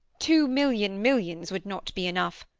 two million millions would not be enough.